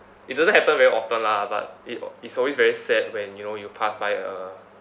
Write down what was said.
it doesn't happen very often lah but it it's always very sad when you know you pass by a